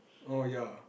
oh ya